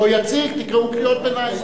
לא יציג, תקראו קריאות ביניים.